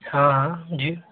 हाँ जी